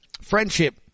friendship